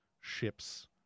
ship's